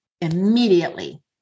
immediately